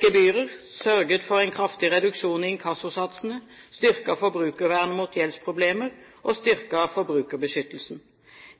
gebyrer, sørget for en kraftig reduksjon i inkassosatsene, styrket forbrukervernet mot gjeldsproblemer og styrket forbrukerbeskyttelsen.